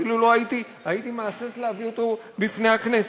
הייתי מהסס להביא אותו בפני הכנסת.